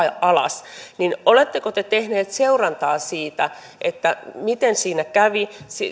alas mistä oli suuri huoli niin oletteko te tehneet seurantaa siitä miten siinä kävi